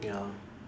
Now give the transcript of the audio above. ya